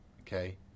Okay